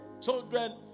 children